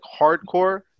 hardcore